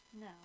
No